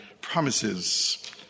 promises